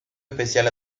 especial